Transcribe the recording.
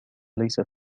ليست